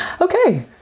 okay